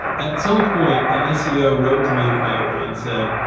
at some point, an seo wrote to me privately and said,